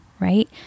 Right